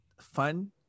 fun